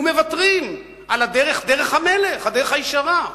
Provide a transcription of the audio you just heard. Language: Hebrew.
ומוותרים על דרך המלך, הדרך הישרה.